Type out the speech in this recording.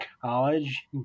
college